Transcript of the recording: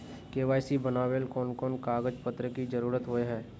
KYC बनावेल कोन कोन कागज पत्र की जरूरत होय है?